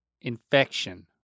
infection